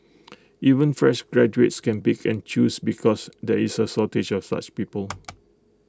even fresh graduates can pick and choose because there is A shortage of such people